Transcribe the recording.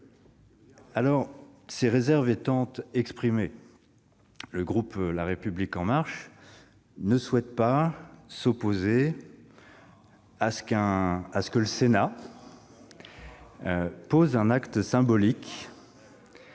Ces réserves étant exprimées, le groupe La République En Marche ne souhaite pas s'opposer ... Ah !... à ce que le Sénat pose un acte symbolique